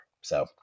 So-